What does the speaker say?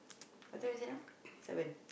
what time is now seven